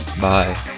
Bye